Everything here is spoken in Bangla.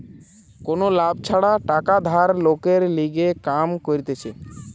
কোনো লাভ ছাড়া টাকা ধার লোকের লিগে কাম করতিছে